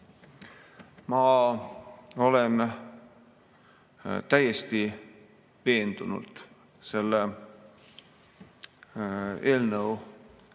Ma olen täiesti veendunult selle eelnõu